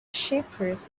shepherds